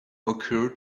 occur